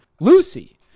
Lucy